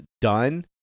done